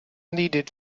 needed